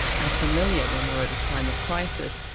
and familiar, when we're at a time of crisis,